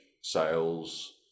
sales